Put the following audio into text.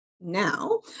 now